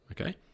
okay